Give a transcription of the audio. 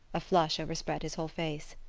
a flush overspread his whole face.